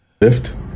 Lift